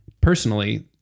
personally